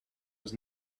was